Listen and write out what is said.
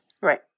Right